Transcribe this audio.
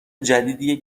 جدیدیه